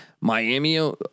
Miami